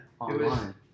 online